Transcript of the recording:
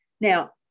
Now